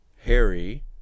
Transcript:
harry